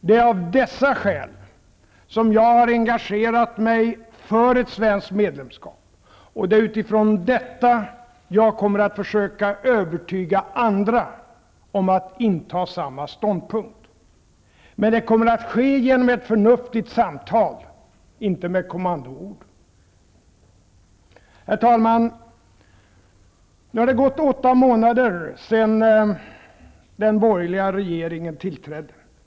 Det är av dessa skäl som jag har engagerat mig för ett svenskt medlemskap, och det är utifrån detta som jag kommer att försöka övertyga andra om att inta samma ståndpunkt. Men det kommer att ske genom förnuftigt samtal -- inte med kommandoord. Herr talman! Nu har det gått åtta månader sedan den borgerliga regeringen tillträdde.